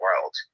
world